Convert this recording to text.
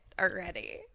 already